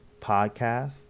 podcast